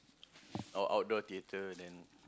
or outdoor theatre then